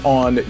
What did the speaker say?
on